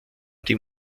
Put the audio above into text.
die